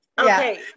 Okay